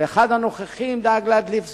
ואחד הנוכחים דאג להדליף זאת,